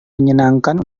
menyenangkan